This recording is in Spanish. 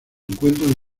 encuentran